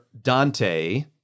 Dante